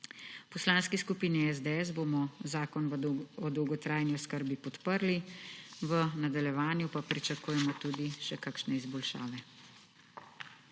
Poslanski skupin SDS bomo zakon o dolgotrajni oskrbi podprli, v nadaljevanju pa pričakujemo tudi še kakšne izboljšave.